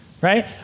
right